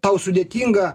tau sudėtinga